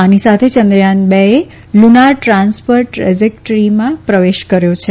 આની સાથે ચંદ્રયાન બે લુનાર ટ્રાન્સફર ટ્રેઝેકટરીમાં પ્રવેશ કર્યો છે